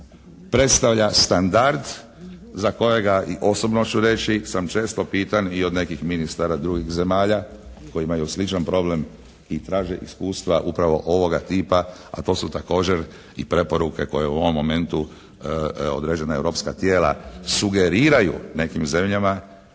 predstavlja standard za kojega i osobno ću reći sam često pitan i od nekih ministara drugih zemalja koji imaju sličan problem i traže iskustva upravo ovoga tipa, a to su također i preporuke koje u ovom momentu određena europska tijela sugeriraju nekim zemljama